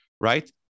right